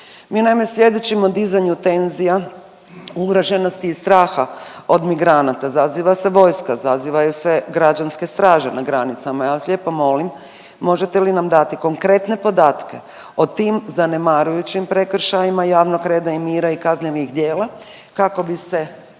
Mi naime svjedočimo dizanju tenzija, umreženosti i straha od migranata, zaziva se vojska, zazivaju se građanske straže na granicama. Ja vas lijepo molim možete li nam dati konkretne podatke o tim zanemarujućim prekršajima javnog reda i mira i kaznenih djela kako bi se